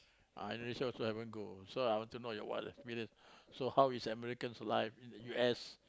I Indonesia also haven't go so I want to know your wild experience so how is Americans' life in the U_S